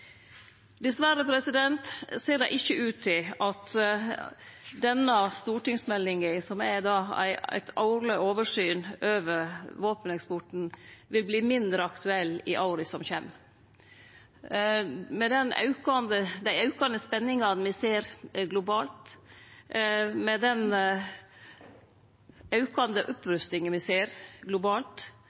ikkje ut til at denne stortingsmeldinga, som er eit årleg oversyn over våpeneksporten, vil verte mindre aktuell i åra som kjem. Med dei aukande spenningane og den aukande opprustinga me ser globalt,